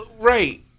right